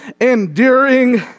enduring